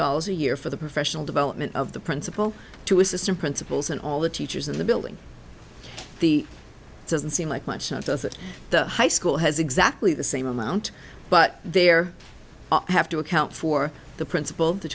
dollars a year for the professional development of the principal two assistant principals and all the teachers in the building the it doesn't seem like much of that high school has exactly the same amount but there have to account for the principal the